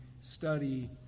study